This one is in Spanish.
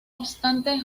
obstante